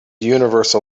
universal